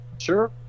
sure